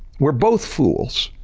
we're both fools.